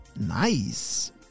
nice